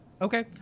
okay